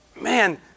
man